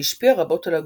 שהשפיע רבות על הגותו,